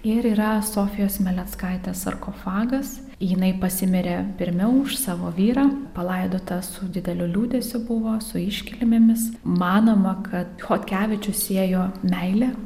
ir yra sofijos meleckaitės sarkofagas jinai pasimirė pirmiau už savo vyrą palaidota su dideliu liūdesiu buvo su iškilmėmis manoma kad chodkevičius siejo meilė